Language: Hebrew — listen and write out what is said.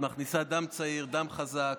את מכניסה דם צעיר, דם חזק,